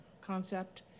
CONCEPT